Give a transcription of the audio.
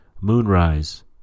Moonrise